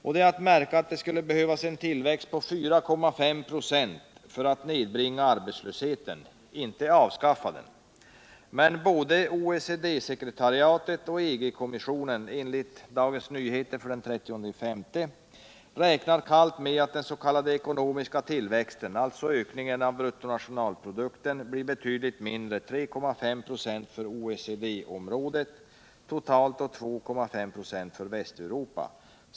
Och det är att märka att det skulle behövas en tillväxt på 4,5 ?4 för att nedbringa arbetslösheten — inte avskaffa den. Men både OECD-sekretariatet och EG-kommissionen — enligt Dagens Nyheter den 30 maj — räknar kallt med att den s.k. ekonomiska tillväxten, alltså ökningen av bruttonationalprodukten, blir betydligt mindre: 3,5 ?6 för OECD-området totalt och 2,5 96 för Västeuropa.